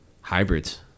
Hybrids